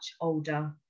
older